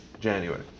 January